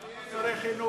כמה שרי חינוך?